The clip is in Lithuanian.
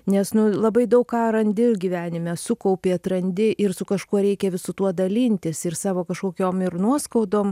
nes nu labai daug ką randi gyvenime sukaupi atrandi ir su kažkuo reikia visu tuo dalintis ir savo kažkokiom ir nuoskaudom